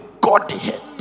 Godhead